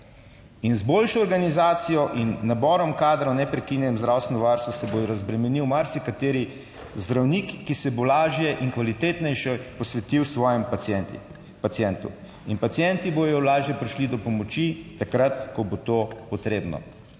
In z boljšo organizacijo in naborom kadrov v neprekinjenem zdravstvenem varstvu se bo razbremenil marsikateri zdravnik, ki se bo lažje in kvalitetnejše posvetil svojimi pacienti pacientu in pacienti bodo lažje prišli do pomoči takrat, ko bo to potrebno.